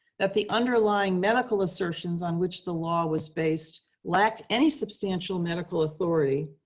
that the underlying medical assertions on which the law was based lacked any substantial medical authority,